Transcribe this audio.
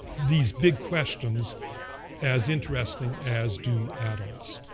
these big questions as interesting as do adults.